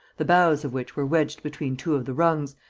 the bows of which were wedged between two of the rungs,